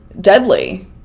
deadly